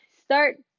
start